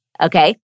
Okay